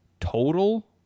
total